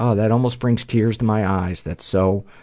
um that almost brings tears to my eyes. that's so